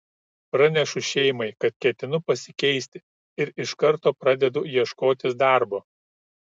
pranešu šeimai kad ketinu pasikeisti ir iš karto pradedu ieškotis darbo